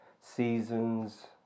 seasons